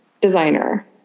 designer